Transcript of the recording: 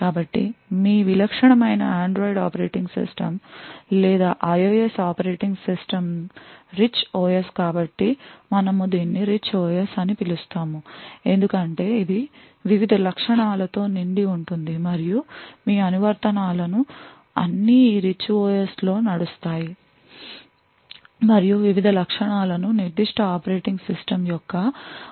కాబట్టి మీ విలక్షణమైన Android ఆపరేటింగ్ సిస్టమ్ లేదా IOS operating system rich OS కాబట్టి మనము దీనిని రిచ్ OS అని పిలుస్తాము ఎందుకంటే ఇది వివిధ లక్షణాలతో నిండి ఉంటుంది మరియు మీ అనువర్తనాలు అన్ని ఈ రిచ్ OS లో నడుస్తాయి మరియు వివిధ లక్షణాలను నిర్దిష్ట ఆపరేటింగ్ సిస్టమ్ యొక్క మద్దతుతో ఉపయోగించుకుంటాయి